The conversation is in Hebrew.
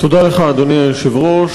תודה לך, אדוני היושב-ראש.